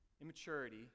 Immaturity